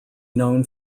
known